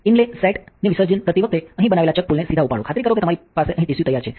ઇનલે set ને વિસર્જન કરતી વખતે અહીં બનાવેલા ચક પુલને સીધા ઉપાડો ખાતરી કરો કે તમારી પાસે અહીં ટીશ્યુ તૈયાર છે